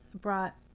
brought